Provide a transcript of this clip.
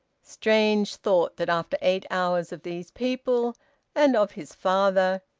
strange thought, that after eight hours of these people and of his father,